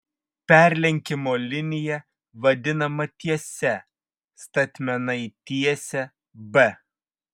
perlenkimo linija vadinama tiese statmena į tiesę b